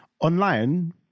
online